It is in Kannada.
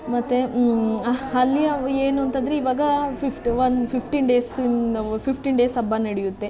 ಮತ್ತು ಅಲ್ಲಿಯ ಏನು ಅಂತಂದರೆ ಇವಾಗ ಫಿಫ್ತ್ ಒನ್ ಫಿಫ್ಟೀನ್ ಡೇಸ್ ಇನ್ನು ಫಿಫ್ಟೀನ್ ಡೇಸ್ ಹಬ್ಬ ನಡೆಯುತ್ತೆ